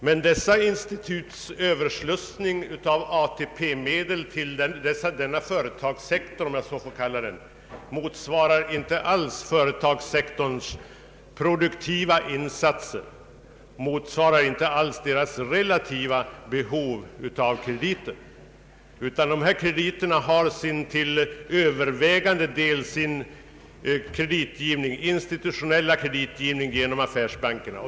Men dessa instituts överslussning av ATP-medel till denna företagssektor motsvarar inte alls dess produktiva insatser eller företagens relativa behov av krediter, utan dessa företag får till övervägande del sina institutionella krediter genom bankerna.